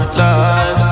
lives